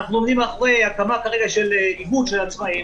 אנחנו עומדים מאחורי הקמת איגוד של עצמאים,